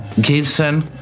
Gibson